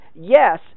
Yes